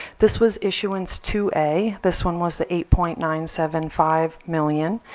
this was issuance two a. this one was the eight point nine seven five million.